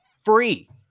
free